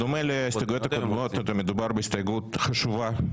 בדומה להסתייגויות הקודמות מדובר בהסתייגות חשובה,